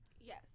Yes